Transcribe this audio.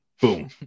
boom